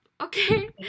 Okay